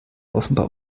offenbar